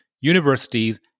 universities